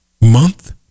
month